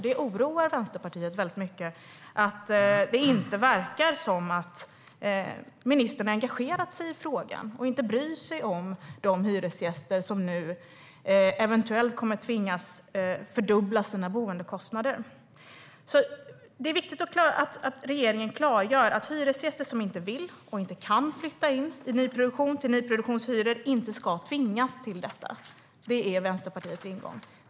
Det oroar Vänsterpartiet mycket att det inte verkar som om ministern har engagerat sig i frågan och bryr sig om de hyresgäster som nu eventuellt kommer att tvingas fördubbla sina boendekostnader. Det är viktigt att regeringen klargör att hyresgäster som inte vill och inte kan flytta in i nyproduktion till nyproduktionshyror inte ska tvingas till detta. Det är Vänsterpartiets ingång.